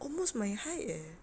almost my height eh